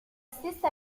stessa